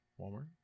Walmart